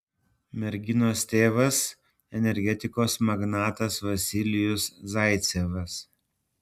merginos tėvas energetikos magnatas vasilijus zaicevas